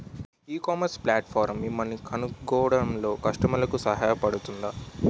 ఈ ecommerce platform మిమ్మల్ని కనుగొనడంలో కస్టమర్లకు సహాయపడుతుందా?